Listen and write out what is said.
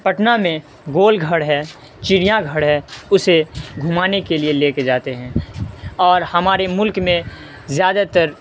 پٹنہ میں گول گھر ہے چڑیاں گھڑ ہے اسے گھمانے کے لیے لے کے جاتے ہیں اور ہمارے ملک میں زیادہ تر